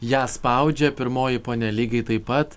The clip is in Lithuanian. ją spaudžia pirmoji ponia lygiai taip pat